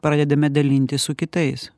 pradedame dalintis su kitais